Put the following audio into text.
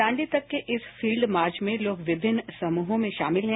दांडी तक के इस फील्ड मार्च में लोग विभिन्न समूहों में शामिल हैं